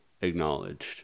acknowledged